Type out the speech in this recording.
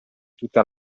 tutta